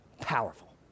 Powerful